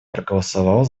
проголосовал